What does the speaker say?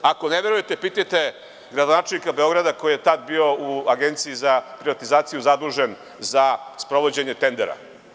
Ako ne verujete pitajte gradonačelnika Beograda koji je tada bio u Agenciji za privatizaciju zadužen za sprovođenje tendere.